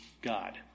God